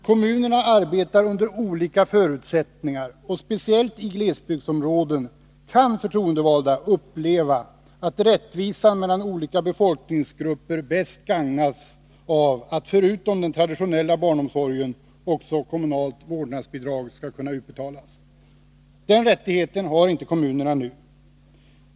Kommunerna arbetar under olika förutsättningar, och speciellt i glesbygdsområden kan förtroendevalda uppleva att rättvisan mellan olika befolkningsgrupper bäst gagnas av, förutom den traditionella barnomsorgen, att också kommunalt vårdnadsbidrag kan utbetalas. Den rättigheten har inte kommunerna nu.